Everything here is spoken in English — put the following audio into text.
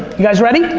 you guys ready?